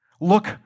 look